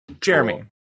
Jeremy